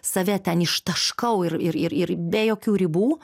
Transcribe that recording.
save ten iš taškau ir ir ir be jokių ribų